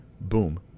boom